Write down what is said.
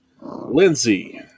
Lindsay